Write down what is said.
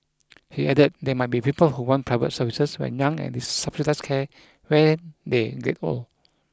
he added there might be people who want private services when young and subsidised care when they get old